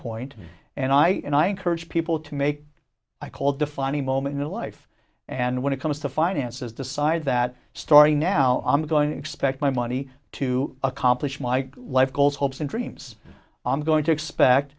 point and i and i encourage people to make a call defining moment in the life and when it comes to finances decide that story now i'm going to expect my money to accomplish my life goals hopes and dreams i'm going to expect